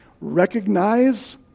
recognize